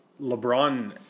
LeBron